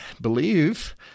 believe